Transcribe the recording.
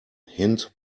hind